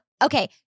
Okay